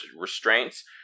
restraints